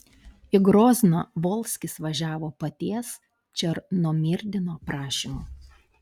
į grozną volskis važiavo paties černomyrdino prašymu